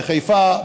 בחיפה,